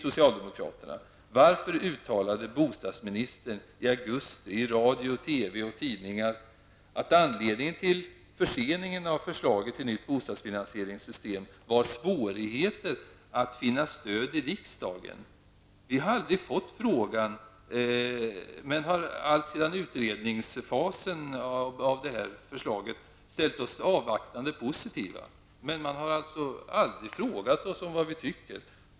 och tidningar att anledningen till förseningen av förslaget till nytt bostadsfinansieringssystem var svårigheter att finna stöd i riksdagen? Vi hade fått frågan, men har alltsedan förslagets utredningsfas ställt oss avvaktande positiva. Man har aldrig frågat oss om vad vi tycker.